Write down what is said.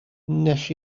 gwnes